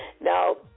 Now